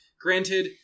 Granted